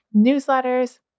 newsletters